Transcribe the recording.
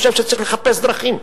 מספיק יפים, הם לא מספיק מטופחים.